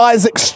Isaac